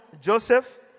Joseph